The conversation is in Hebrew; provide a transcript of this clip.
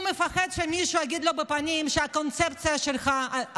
הוא מפחד שמישהו יגיד לו בפנים: הקונספציה שלך,